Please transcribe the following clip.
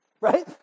right